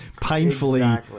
painfully